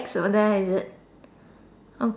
X there is it okay